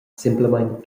semplamein